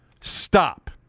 Stop